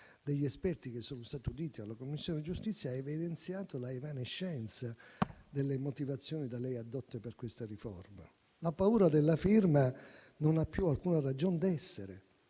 degli esperti che sono stati auditi dalla Commissione giustizia ha evidenziato l'evanescenza delle motivazioni da lei addotte per questa riforma. La paura della firma non ha più alcuna ragion d'essere,